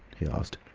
he asked.